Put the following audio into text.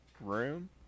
room